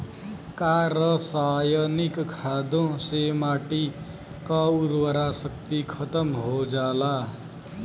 का रसायनिक खादों से माटी क उर्वरा शक्ति खतम हो जाला?